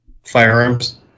Firearms